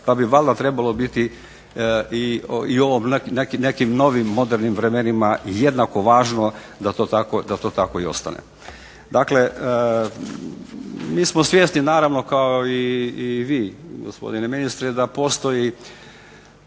pa bi valjda trebalo biti i u nekim novim modernim vremenima jednako važno da to tako i ostane. Dakle, mi smo svjesni naravno kao i vi gospodine ministre da postoji